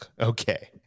Okay